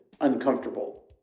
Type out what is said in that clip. uncomfortable